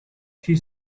she